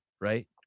right